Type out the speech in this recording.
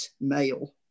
male